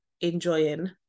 enjoying